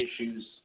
issues